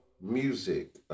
music